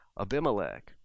Abimelech